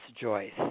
Joyce